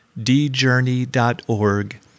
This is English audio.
djourney.org